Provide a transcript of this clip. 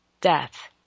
death